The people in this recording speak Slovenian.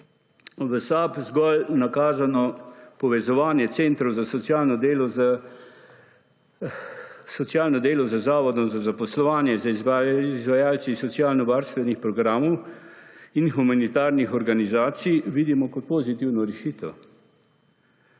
V SAB zgolj nakazano povezovanje centrov za socialno delo z zavodom za zaposlovanje z izvajalci socialnovarstvenih programov in humanitarnih organizacij vidimo kot pozitivno rešitev,